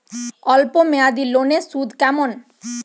অল্প মেয়াদি লোনের সুদ কেমন?